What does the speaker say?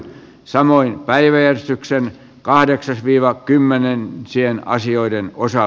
samoin päivee syksynä kahdeksas viiva kymmenen sjen asioiden osa